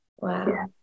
Wow